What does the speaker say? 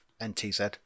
n-t-z